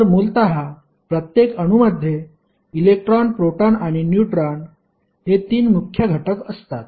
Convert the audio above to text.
तर मूलतः प्रत्येक अणूमध्ये इलेक्ट्रॉन प्रोटॉन आणि न्यूट्रॉन हे 3 मुख्य घटक असतात